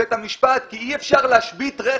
בן אדם שיש לו רגשות.